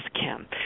Kim